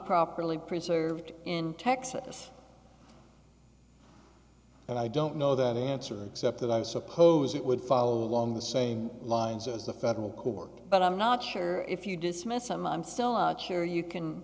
properly preserved in texas and i don't know that answer except that i suppose it would follow along the same lines as the federal court but i'm not sure if you dismiss them i'm so out sure you can